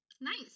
Nice